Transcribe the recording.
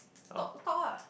talk talk ah